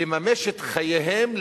לממש את חייהם,